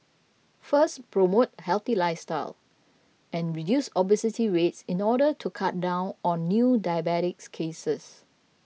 first promote a healthy lifestyle and reduce obesity rates in order to cut down on new diabetes cases